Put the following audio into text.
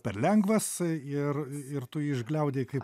per lengvas ir ir tu jį išgliaudei kaip